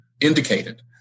indicated